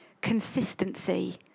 consistency